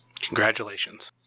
Congratulations